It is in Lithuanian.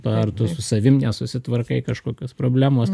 ar tu su savim nesusitvarkai kažkokios problemos